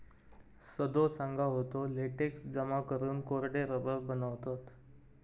सदो सांगा होतो, लेटेक्स जमा करून कोरडे रबर बनवतत